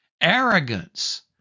Arrogance